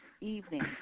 evening